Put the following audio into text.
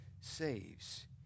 saves